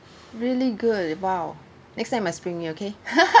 really good !wow! next time must bring me okay